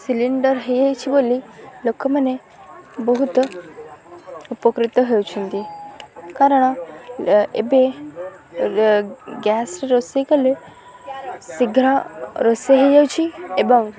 cylinder ହେଇଯାଇଛି ବୋଲି ଲୋକମାନେ ବହୁତ ଉପକୃତ ହେଉଛନ୍ତି କାରଣ ଏବେ ଗ୍ୟାସ୍ରେ ରୋଷେଇ କଲେ ଶୀଘ୍ର ରୋଷେଇ ହେଇଯାଉଛି ଏବଂ